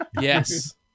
Yes